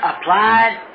applied